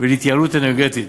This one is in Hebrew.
ולהתייעלות אנרגטית.